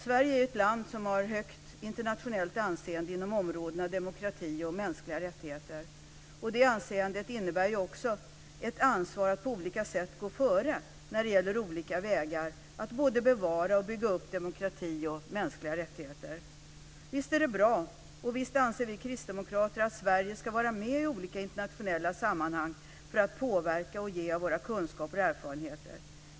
Sverige är ett land som har högt internationellt anseende inom områdena demokrati och mänskliga rättigheter. Detta anseende innebär också ett ansvar att på olika sätt gå före när det gäller olika vägar att både bevara och bygga upp demokrati och mänskliga rättigheter. Visst är det bra och visst anser vi kristdemokrater att Sverige ska vara med i olika internationella sammanhang för att påverka och ge av våra kunskaper och erfarenheter.